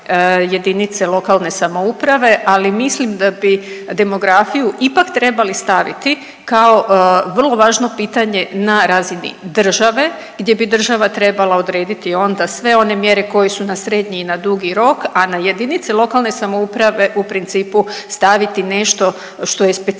jedinice lokalne samouprave ali mislim da bi demografiju ipak trebali staviti kao vrlo važno pitanje na razini države gdje bi država trebala odrediti onda sve one mjere koje su na srednji i na dugi rok, a na jedinice lokalne samouprave u principu staviti nešto što je specifično